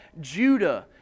Judah